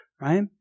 right